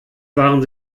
waren